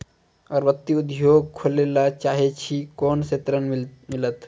अगरबत्ती उद्योग खोले ला चाहे छी कोना के ऋण मिलत?